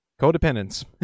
codependence